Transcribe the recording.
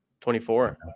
24